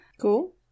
cool